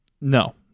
No